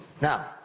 Now